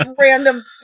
random